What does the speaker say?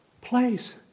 place